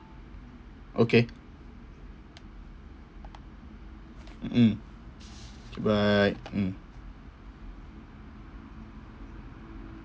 okay mm bye mm